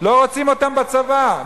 לא רוצים אותם בצבא.